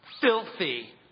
filthy